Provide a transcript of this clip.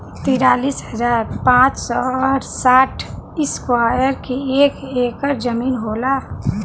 तिरालिस हजार पांच सौ और साठ इस्क्वायर के एक ऐकर जमीन होला